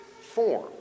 form